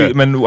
men